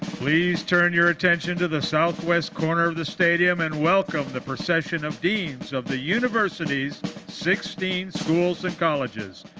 please turn your attention to the southwest corner of the stadium and welcome the procession of deans of the university's sixteen schools and colleges,